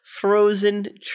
frozen